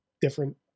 different